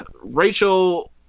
Rachel